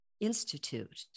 institute